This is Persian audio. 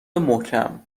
محکم